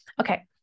Okay